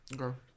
Okay